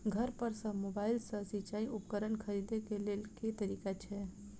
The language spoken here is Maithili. घर पर सऽ मोबाइल सऽ सिचाई उपकरण खरीदे केँ लेल केँ तरीका छैय?